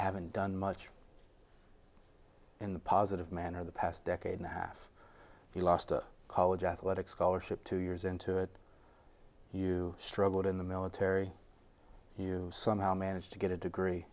haven't done much in the positive manner the past decade and a half you lost a college athletic scholarship two years into it you struggled in the military you somehow managed to get a degree